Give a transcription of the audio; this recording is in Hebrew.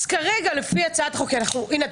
אז כרגע לפי הצעת החוק שלך - הנה,